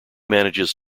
manages